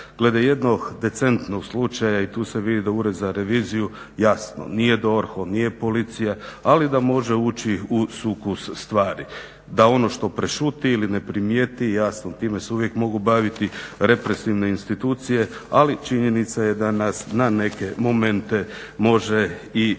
Glede jednog decentnog slučaja i tu se vidi da Ured za reviziju, nije DORH, nije Policija ali da može ući u sukus stvari, da ono što prešuti ili ne primijeti jasno time se uvijek mogu baviti represivne institucije ali činjenica je da nas na neke momente može i